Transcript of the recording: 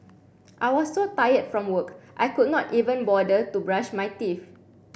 I was so tired from work I could not even bother to brush my teeth